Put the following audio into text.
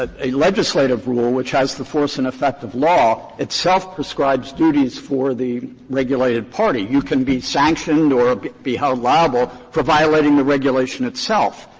ah a legislative rule which has the force and effect of law itself prescribes duties for the regulated party. you can be sanctioned or be held liable for violating the regulation itself.